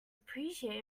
appreciate